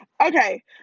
Okay